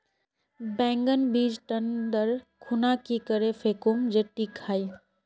बैगन बीज टन दर खुना की करे फेकुम जे टिक हाई?